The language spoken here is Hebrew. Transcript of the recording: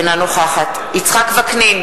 אינה נוכחת יצחק וקנין,